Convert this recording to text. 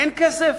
אין כסף.